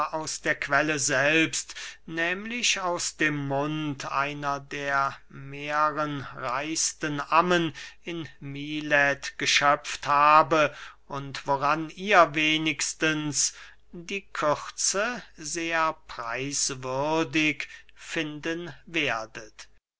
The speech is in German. aus der quelle selbst nehmlich aus dem mund einer der mährchenreichsten ammen in milet geschöpft habe und woran ihr wenigstens die kürze sehr preiswürdig finden werdet